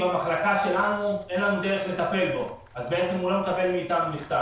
במחלקה שלנו אין דרך לטפל בו אז בעצם הוא לא מקבל מכתב.